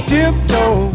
Tiptoe